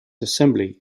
assembly